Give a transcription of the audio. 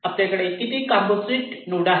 आपल्याकडे किती composite node आहेत